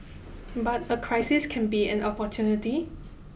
but a crisis can be an opportunity